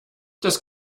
das